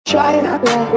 China